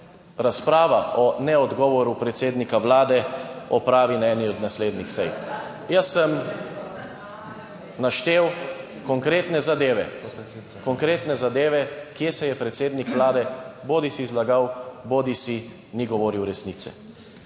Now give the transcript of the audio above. razprava o neodgovoru predsednika Vlade opravi na eni od naslednjih sej. Jaz sem naštel konkretne zadeve, kje se je predsednik Vlade bodisi zlagal bodisi ni govoril resnice.